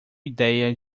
idéia